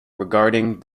regarding